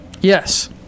Yes